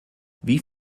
wie